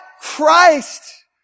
Christ